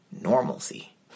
normalcy